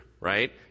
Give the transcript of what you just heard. right